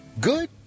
Good